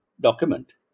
document